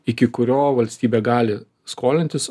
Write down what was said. iki kurio valstybė gali skolintis